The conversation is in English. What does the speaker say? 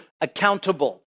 accountable